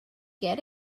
get